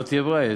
לא תהיה ברירה,